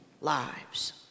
lives